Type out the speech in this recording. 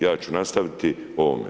Ja ću nastaviti o ovome.